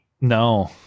No